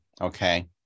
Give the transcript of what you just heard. Okay